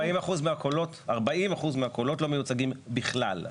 ו-40% מהקולות לא מיוצגים בכלל.